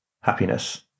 happiness